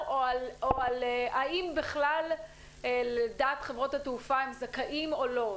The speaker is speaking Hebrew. או האם בכלל לדעת חברות התעופה הם זכאים או לא?